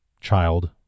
child